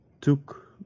took